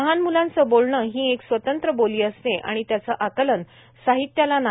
लहान मुलांचे बोलणे ही एक स्वतंत्र बोली असते आणि त्याचे आकलन साहित्याला नाही